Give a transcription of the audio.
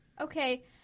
Okay